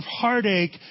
heartache